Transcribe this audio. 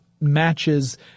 matches